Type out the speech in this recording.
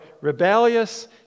rebellious